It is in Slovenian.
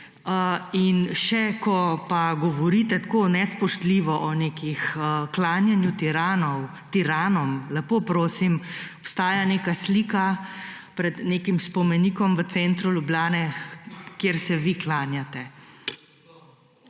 Še pa, ko govorite tako nespoštljivo o nekih klanjanju tiranov, tiranom lepo prosim obstaja neka slika pred nekim spomenikom v centru Ljubljane, kjer se vi klanjate.